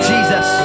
Jesus